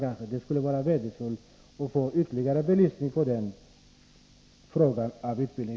Det vore värdefullt om utbildningsministern ville ytterligare belysa den frågan.